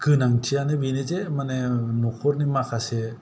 गोनांथियानो बेनो ज न'खरनि माखासे